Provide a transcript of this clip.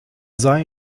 sei